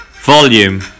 Volume